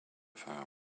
far